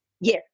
Yes